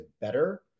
better